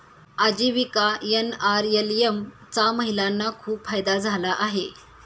आजीविका एन.आर.एल.एम चा महिलांना खूप फायदा झाला आहे